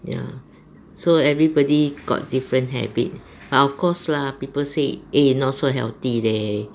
ya so everybody got different habit but of course lah people say eh not so healthy leh